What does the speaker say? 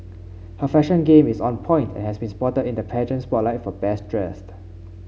her fashion game is on point and has been spotted in the pageant spotlight for best dressed